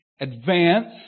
advance